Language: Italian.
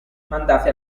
mandati